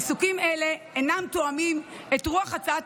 עיסוקים אלה אינם תואמים את רוח הצעת